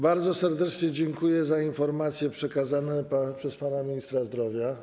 Bardzo serdecznie dziękuję za informacje przekazane przez pana ministra zdrowia.